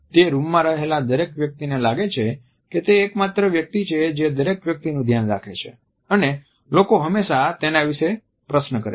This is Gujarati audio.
તે રૂમમાં રહેલા દરેક વ્યક્તિને લાગે છે કે તે એકમાત્ર વ્યક્તિ છે જે દરેક વ્યક્તિનું ધ્યાન રાખે છે અને લોકો હંમેશાં તેના વિશે પ્રશ્ન કરે છે